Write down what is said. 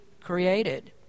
created